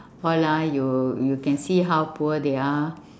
all ah you you can see how poor they are